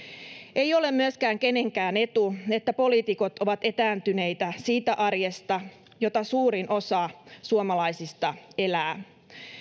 ei ole myöskään kenenkään etu että poliitikot ovat etääntyneitä siitä arjesta jota suurin osa suomalaisista elää